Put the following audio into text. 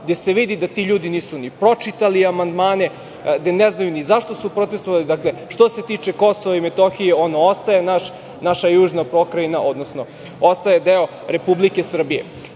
gde se vidi da ti ljudi nisu ni pročitali amandmane, da ne znaju ni zašto su protestvovali. Dakle, što se tiče Kosova i Metohije ono ostaje naša južna pokrajina, odnosno ostaje deo Republike Srbije. Pre